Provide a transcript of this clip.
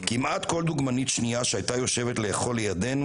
"כמעט כל דוגמנית שנייה שהייתה יושבת לאכול לידינו,